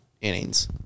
innings